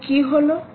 তো কী হল